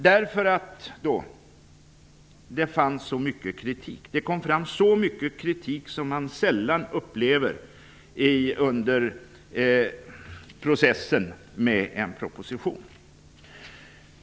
Det kom nämligen då fram så mycket kritik - så mycket kritik kommer sällan fram under processen med en proposition.